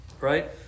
Right